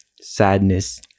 sadness